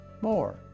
more